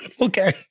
Okay